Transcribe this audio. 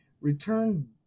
return